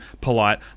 polite